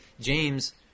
James